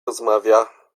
rozmawia